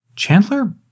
Chandler